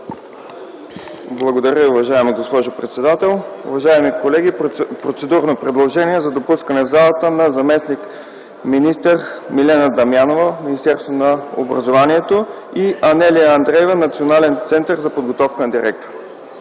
Благодаря, уважаема госпожо председател. Уважаеми колеги, процедурно предложение за допускане в залата на заместник-министър Милена Дамянова – Министерство на образованието, младежта и науката, и Анелия Андреева – Национален център за подготовка на директори.